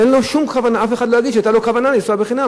ואין לו כוונה ואף אחד לא יגיד שהיתה לו כוונה לנסוע בחינם.